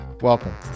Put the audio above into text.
Welcome